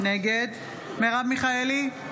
נגד מרב מיכאלי,